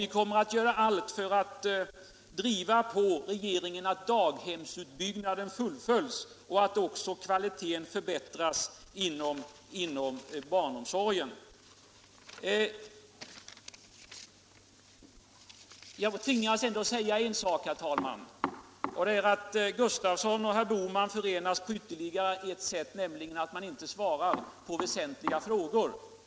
Vi kommer att göra allt för att driva på regeringen så att daghemsutbyggnaden fullföljs och så att också kvaliteten inom barnomsorgen förbättras. Jag tvingas säga ännu en sak, herr talman. Det är att herr Gustavsson och herr Bohman förenas på ytterligare en punkt, nämligen att man inte svarar på väsentliga frågor.